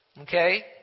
okay